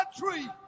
country